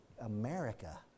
America